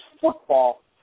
football